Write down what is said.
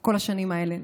כל השנים האלה?